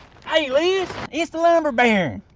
i mean it's the lumber baron.